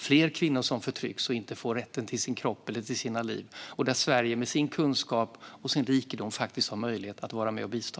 Fler kvinnor förtrycks och saknar rätt till kropp och liv. Där har Sverige med kunskap och rikedom möjlighet att bistå.